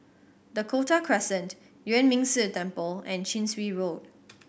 Dakota Crescent Yuan Ming Si Temple and Chin Swee Road